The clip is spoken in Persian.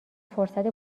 فرصت